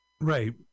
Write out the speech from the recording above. Right